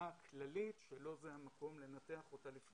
תופעה כללית שלא זה המקום לנתח אותה.